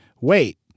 wait